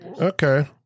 Okay